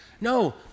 No